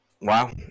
Wow